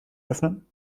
öffnen